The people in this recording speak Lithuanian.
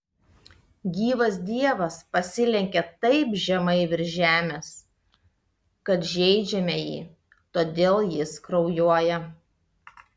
gyvas dievas pasilenkia taip žemai virš žemės kad žeidžiame jį todėl jis kraujuoja